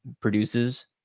produces